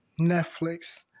Netflix